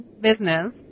Business